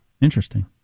Interesting